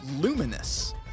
Luminous